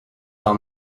are